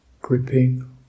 gripping